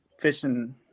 fishing